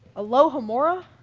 alohomora?